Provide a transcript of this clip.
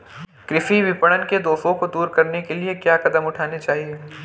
कृषि विपणन के दोषों को दूर करने के लिए क्या कदम उठाने चाहिए?